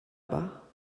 bas